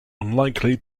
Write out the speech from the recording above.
unlikely